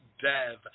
Dev